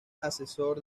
asesor